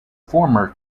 former